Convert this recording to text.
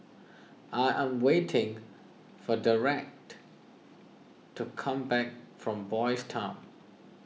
I am waiting for Derek to come back from Boys' Town